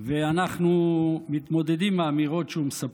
ואנחנו מתמודדים עם האמירות שהוא מספק.